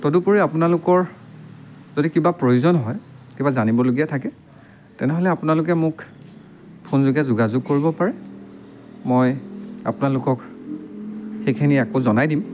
তদুপৰি আপোনালোকৰ যদি কিবা প্ৰয়োজন হয় কিবা জানিবলগীয়া থাকে তেনেহ'লে আপোনালোকে মোক ফোনযোগে যোগাযোগ কৰিব পাৰে মই আপোনালোকক সেইখিনি আকৌ জনাই দিম